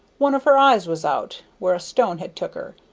one of her eyes was out, where a stone had took her,